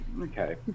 Okay